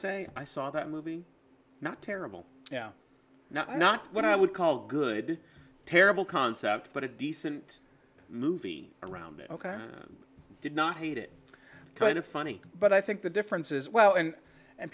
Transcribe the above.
say i saw that movie not terrible not not what i would call good terrible concept but a decent movie around ok i did not hate it kind of funny but i think the difference is well and and